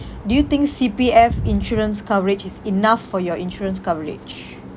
do you think C_P_F insurance coverage is enough for your insurance coverage